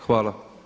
Hvala.